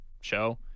show